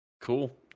Cool